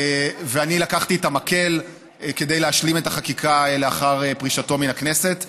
ואני לקחתי את המקל כדי להשלים את החקיקה לאחר פרישתו מהכנסת.